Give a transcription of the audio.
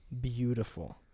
Beautiful